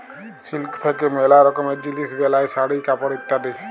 silk থাক্যে ম্যালা রকমের জিলিস বেলায় শাড়ি, কাপড় ইত্যাদি